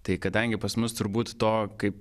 tai kadangi pas mus turbūt to kaip